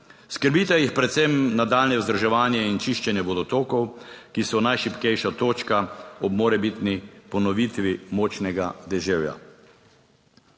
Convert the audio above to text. Skrbita jih predvsem nadaljnje vzdrževanje in čiščenje vodotokov, ki so najšibkejša točka ob morebitni ponovitvi močnega deževja.